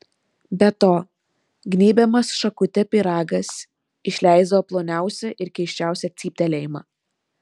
be to gnybiamas šakute pyragas išleisdavo ploniausią ir keisčiausią cyptelėjimą